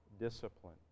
discipline